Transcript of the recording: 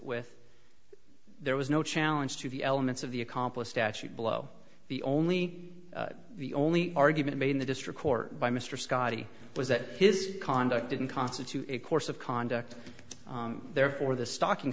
with there was no challenge to the elements of the accomplice statute below the only the only argument in the district court by mr scottie was that his conduct didn't constitute a course of conduct therefore the stocking